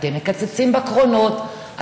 אתם מקצצים בקרונות,